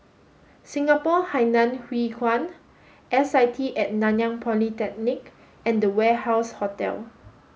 Singapore Hainan Hwee Kuan S I T at Nanyang Polytechnic and The Warehouse Hotel